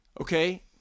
Okay